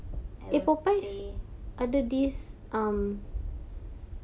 I will pay